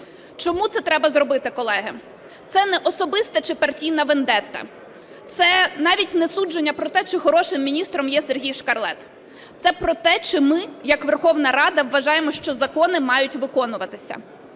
Чому це треба зробити, колеги? Це не особиста чи партійна вендета, це навіть не судження про те, чи хорошим міністром є міністр Шкарлет. Це про те, чи ми як Верховна Рада вважаємо, що закони мають виконуватися.